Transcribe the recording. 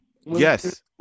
Yes